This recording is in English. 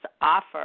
offer